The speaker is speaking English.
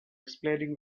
explaining